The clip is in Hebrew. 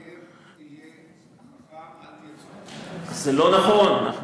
אל תהיה צודק, תהיה חכם, זה לא נכון, נחמן,